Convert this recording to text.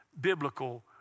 biblical